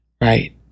right